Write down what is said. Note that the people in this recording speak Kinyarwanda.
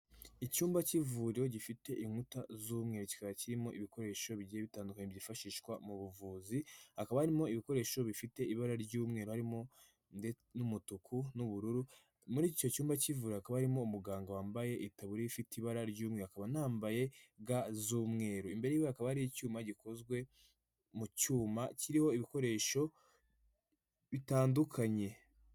Icyumba cy'ivuriro gifite inkuta z'umweru kikaba kirimo ibikoresho bigiye bitandukanye byifashishwa mu buvuzi, hakaba harimo ibikoresho bifite ibara ry'umweru harimo n'umutuku n'ubururu, muri icyo cyumba cy'ivuriro hakaba harimo umuganda wambaye itaburiya ifite ibara ry'umweru akaba anambaye ga z'umweru, imbere yiwe hakaba hari icyuma gikozwe mu cyuma kiriho ibikoresho bitandukanye.